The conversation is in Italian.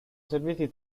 serviti